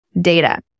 data